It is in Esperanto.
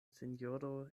sinjoro